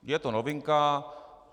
Je to novinka.